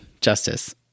justice